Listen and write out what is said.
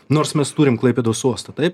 nors mes turim klaipėdos uosta taip